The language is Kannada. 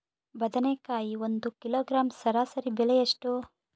ಬದನೆಕಾಯಿ ಒಂದು ಕಿಲೋಗ್ರಾಂ ಸರಾಸರಿ ಬೆಲೆ ಎಷ್ಟು?